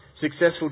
successful